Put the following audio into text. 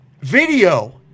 video